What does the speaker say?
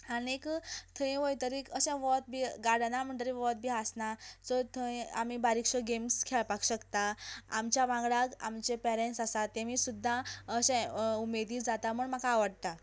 आनी थंय वयतकच अशें वत बी गार्डनांत म्हणटकच वत बी आसना सो थंय आमी बारीकश्यो गॅम्स खेळपाक शकता आमच्या वांगडा आमचे पेरेंट्स आसा तेमी सुद्दां अशे उमेदी जाता म्हूण म्हाका आवडटा